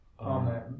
Amen